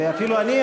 ואפילו אני,